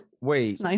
Wait